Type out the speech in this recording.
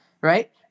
right